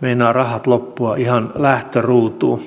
meinaavat rahat loppua ihan lähtöruutuun